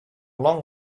long